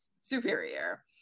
superior